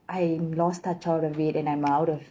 I lost touch all of it and I'm out of